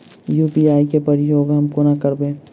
UPI केँ प्रयोग हम कोना करबे?